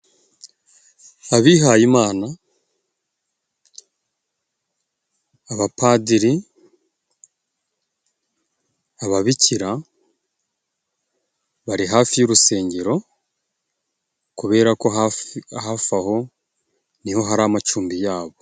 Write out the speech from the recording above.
Abihayimana, abapadiri, ababikira bari hafi y'urusengero kubera ko hafi hafi aho niho hari amacumbi yabo.